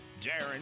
Darren